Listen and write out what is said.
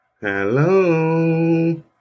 Hello